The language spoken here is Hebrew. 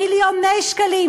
מיליוני שקלים,